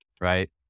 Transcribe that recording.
Right